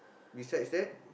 besides that